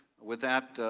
with that,